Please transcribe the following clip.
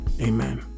Amen